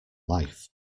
life